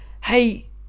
hey